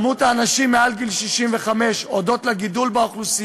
ואין שום הצדקה שאנשים מעל גיל 65 יגורו בדירות גדולות,